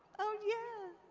oh yeah.